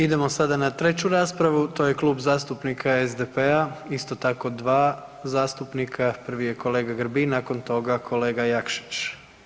Idemo sada na 3. raspravu, to je Klub zastupnika SDP-a, isto tako dva zastupnika, prvi je kolega Grbin, nakon toga kolega Jakšić.